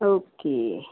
okay